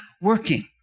working